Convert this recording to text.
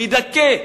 מדכא,